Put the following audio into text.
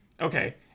Okay